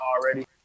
already